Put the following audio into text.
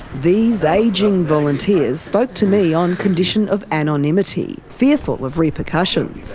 these ageing volunteers spoke to me on condition of anonymity, fearful of repercussion,